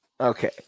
Okay